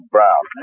Brown